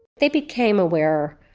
they became aware